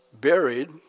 buried